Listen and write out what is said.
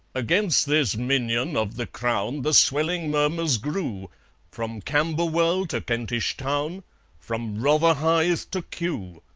against this minion of the crown the swelling murmurs grew from camberwell to kentish town from rotherhithe to kew.